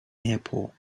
airport